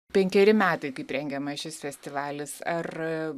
penkeri metai kaip rengiamas šis festivalis ar